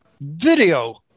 video